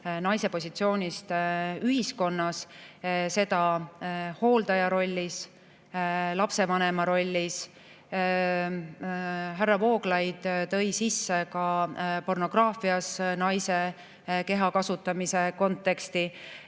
naise positsioonist ühiskonnas, seda hooldaja rollis, lapsevanema rollis, härra Vooglaid tõi sisse ka pornograafias naise keha kasutamise konteksti.